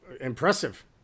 impressive